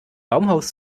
baumhaus